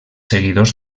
seguidors